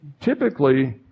typically